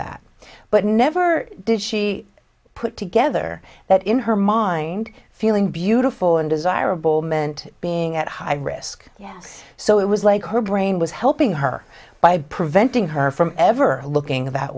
that but never did she put together that in her mind feeling beautiful and desirable meant being at high risk yes so it was like her brain was helping her by preventing her from ever looking that